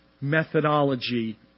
methodology